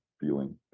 feeling